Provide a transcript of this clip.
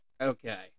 Okay